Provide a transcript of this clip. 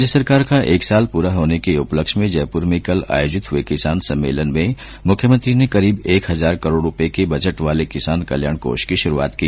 राज्य सरकार के कार्यकाल का एक साल पूरा होने के उपलक्ष्य में जयपुर में कल आयोजित हुए किसान सम्मेलन में मुख्यमंत्री ने करीब एक हजार करोड रूपये के बजट वाले किसान कल्याण कोष की शुरूआत की